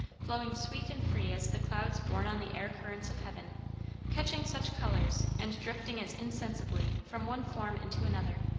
flowing sweet and free as the clouds borne on the air-currents of heaven catching such colours, and drifting as insensibly from one form into another.